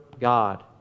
God